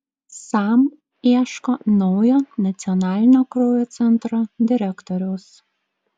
sam ieško naujo nacionalinio kraujo centro direktoriaus